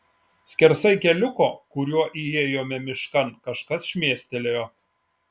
skersai keliuko kuriuo įėjome miškan kažkas šmėstelėjo